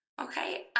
okay